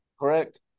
Correct